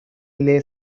relay